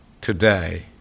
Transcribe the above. today